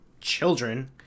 children